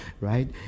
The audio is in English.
right